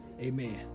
Amen